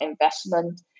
investment